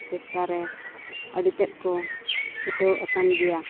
ᱪᱮᱥᱴᱟ ᱨᱮ ᱟᱹᱰᱤ ᱛᱮᱫ ᱠᱚ ᱪᱷᱩᱴᱟᱹᱣ ᱟᱠᱟᱱ ᱜᱮᱭᱟ